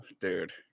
dude